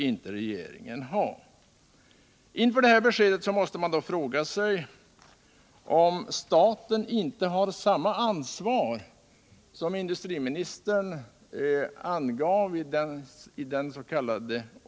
Inför detta besked måste man fråga sig om staten inte har samma ansvar som industriministern angav i dens.k.